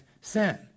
sin